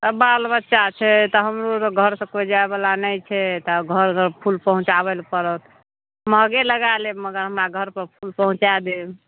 सब बाल बच्चा छै तऽ हमरो आर घर से केओ जाइ बला नहि छै तऽ घर घर फूल पहुँचाबै लए पड़त महगे लगा लेब मगर हमरा घर पर फूल पहुँचाए देब